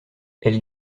elle